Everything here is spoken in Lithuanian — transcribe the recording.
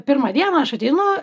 pirmą dieną aš ateinu